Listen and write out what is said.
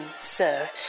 sir